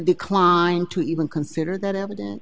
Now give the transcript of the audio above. declined to even consider that eviden